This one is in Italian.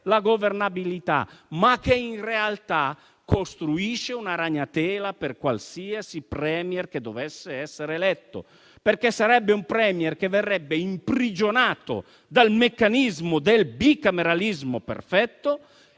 la governabilità, ma che in realtà costruisce una ragnatela per qualsiasi *Premier* che dovesse essere eletto. Egli verrebbe, infatti, imprigionato dal meccanismo del bicameralismo perfetto